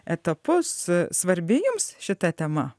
etapus svarbi jums šita tema